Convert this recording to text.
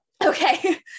Okay